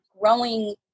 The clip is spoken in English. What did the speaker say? Growing